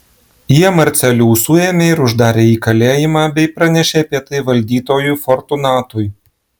jie marcelių suėmė ir uždarė į kalėjimą bei pranešė apie tai valdytojui fortunatui